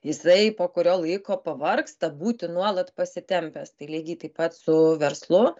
jisai po kurio laiko pavargsta būti nuolat pasitempęs tai lygiai taip pat su verslu